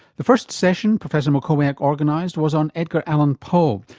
the first session professor mackowiak organised was on edgar allen poe,